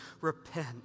repent